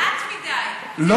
לאט מדי, זה הכול.